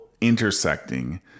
intersecting